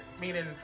Meaning